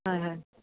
হয় হয়